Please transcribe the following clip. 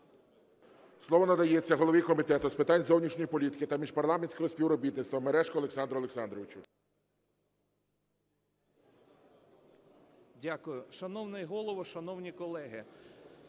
Слово надається голові Комітету з питань зовнішньої політики та міжпарламентського співробітництва Мережку Олександру Олександровичу.